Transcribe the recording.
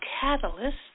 catalyst